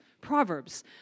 Proverbs